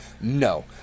No